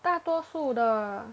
大多数的